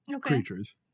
creatures